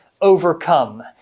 overcome